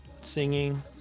singing